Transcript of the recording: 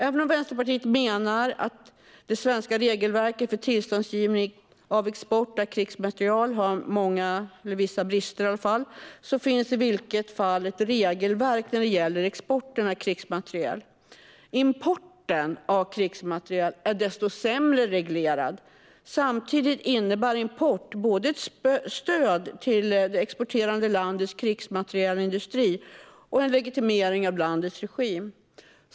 Även om Vänsterpartiet menar att det svenska regelverket för tillståndsgivning av export av krigsmateriel har vissa brister, så finns det i vilket fall ett regelverk när det gäller sådan export. Importen av krigsmateriel är desto sämre reglerad. Samtidigt innebär import både ett stöd till det exporterande landets krigsmaterielindustri och en legitimering av landets regim.